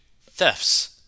thefts